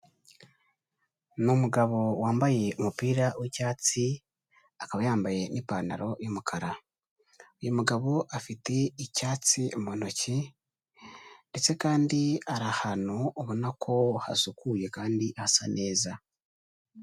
Ni umugabo wambaye umupira w'icyatsi, akaba yambaye n'ipantaro y'umukara. Uyu mugabo afite icyatsi mu ntoki ndetse kandi ari ahantu ubona ko hasukuye kandi hasa neza.